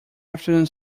afternoon